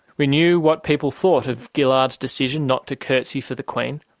we knew what people thought of gillard's decision not to curtsey for the queen.